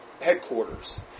headquarters